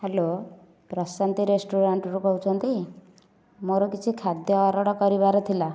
hello Prashanti ରେଷ୍ଟୁରାଣ୍ଟରୁ କହୁଛନ୍ତି ମୋର କିଛି ଖାଦ୍ୟ ଅର୍ଡ଼ର କରିବାର ଥିଲା